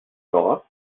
auras